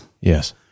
Yes